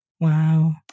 wow